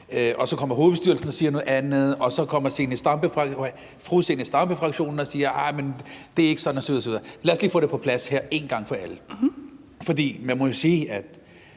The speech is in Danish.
Så kommer hovedbestyrelsen og siger noget andet, og så kommer Zenia Stampe-fraktionen og siger, at det ikke er sådan, osv. osv. Lad os lige få det på plads her en gang for alle, for man må jo sige, at